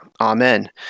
Amen